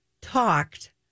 talked